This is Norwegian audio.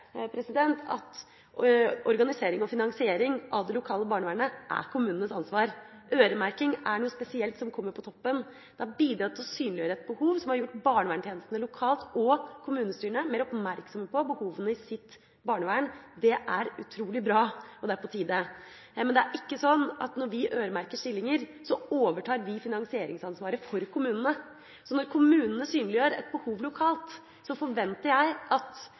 lokale barnevernet er kommunenes ansvar. Øremerking er noe spesielt som kommer på toppen. Det bidrar til å synliggjøre et behov som har gjort barnevernstjenestene lokalt og kommunestyrene mer oppmerksom på behovene i sitt barnevern. Det er utrolig bra, og det er på tide. Men det er ikke sånn at når vi øremerker stillinger, så overtar vi finansieringsansvaret for kommunene. Når kommunene synliggjør et behov lokalt, forventer jeg at